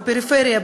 בפריפריה,